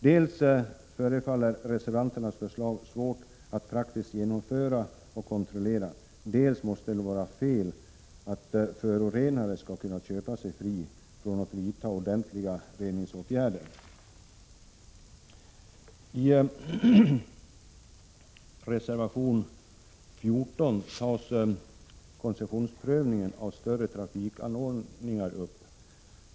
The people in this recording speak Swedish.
Dels förefaller reservanternas förslag vara svårt att praktiskt genomföra och kontrollera. Dels måste det vara fel att förorenare skall kunna köpa sig fria från att vidta ordentliga reningsåtgärder. I reservation 14 tas koncessionsprövningen av större trafikanordningar upp.